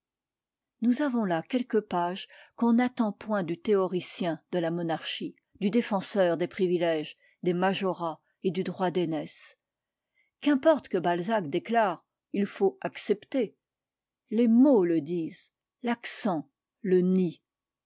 inous avons là quelques pages qu'on n'attend point du théoricien de la monarchie du défenseur des privilèges des majorais et du droit d'aînesse qu'importe que balzac déclare u il faut accepter les mots le disent l'accent le nie